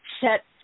set